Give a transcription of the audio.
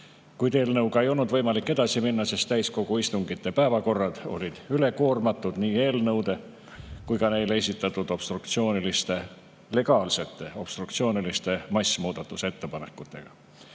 kuid eelnõuga ei olnud võimalik edasi minna, sest täiskogu istungite päevakorrad olid üle koormatud nii eelnõude kui ka nende kohta esitatud legaalsete obstruktsiooniliste massmuudatusettepanekutega.